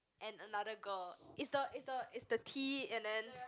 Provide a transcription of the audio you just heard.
and another girl is the is the is the T and then